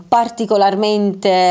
particolarmente